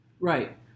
right